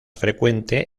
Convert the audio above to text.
frecuente